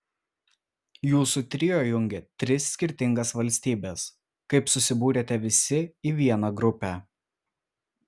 jūsų trio jungia tris skirtingas valstybes kaip susibūrėte visi į vieną grupę